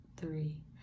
three